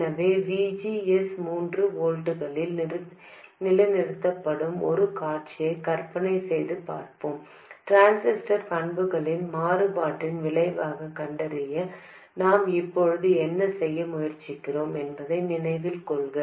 எனவே V G S மூன்று வோல்ட்களில் நிலைநிறுத்தப்படும் ஒரு காட்சியை கற்பனை செய்து பார்ப்போம் டிரான்சிஸ்டர் பண்புகளின் மாறுபாட்டின் விளைவைக் கண்டறிய நாம் இப்போது என்ன செய்ய முயற்சிக்கிறோம் என்பதை நினைவில் கொள்க